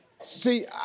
See